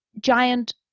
giant